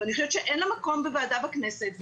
ואני חושבת שאין לה מקום בוועדה בכנסת.